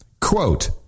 Quote